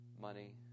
money